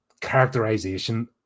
characterization